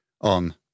on